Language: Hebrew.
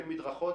אין מדרכות.